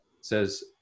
says